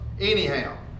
anyhow